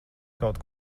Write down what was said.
kaut